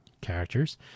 characters